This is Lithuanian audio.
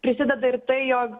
prisideda ir tai jog